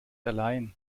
allein